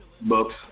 books